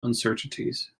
uncertainties